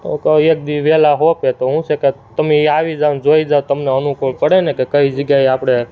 હું કહું એક દી વહેલાં સોંપે તો શું છે કે તમે ઈ આવી જાવ ને જોઈ જાવ તો તમને અનૂકુળ પડે ને કે કઈ જગ્યાએ આપણે